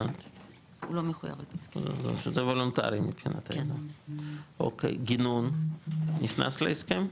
זה וולונטרי מבחינתנו, אוקי, גינון, נכנס להסכם?